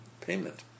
payment